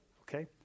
Okay